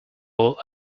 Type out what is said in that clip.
all